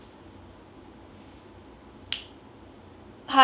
hi ah I need to provide some feedbacks to the sunshine hotel